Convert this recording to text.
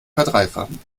verdreifachen